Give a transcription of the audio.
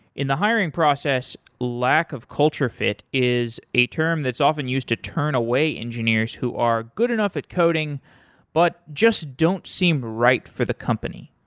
in the hiring process, lack of culture fit is a term that's often used to turn away engineers who are good enough at coding but just don't seem right for the company.